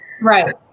Right